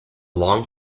long